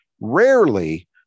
Rarely